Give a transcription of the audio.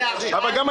תקציבים שבאים